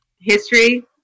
history